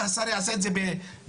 השר יעשה את זה בצו.